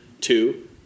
two